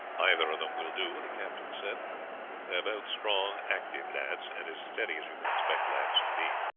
either of them will do, the captain said they are both strong, active lads, and as steady as you can expect lads to be.